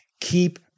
keep